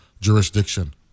jurisdiction